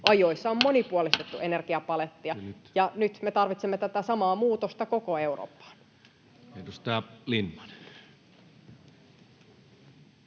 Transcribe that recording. ja on monipuolistettu energiapalettia, ja nyt me tarvitsemme tätä samaa muutosta koko Eurooppaan. Edustaja Lindtman.